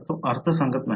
तर तो अर्थ सांगत नाही